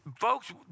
Folks